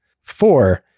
Four